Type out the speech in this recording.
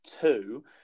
two